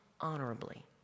honorably